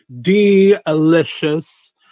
delicious